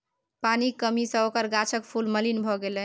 पानिक कमी सँ ओकर गाछक फूल मलिन भए गेलै